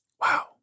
Wow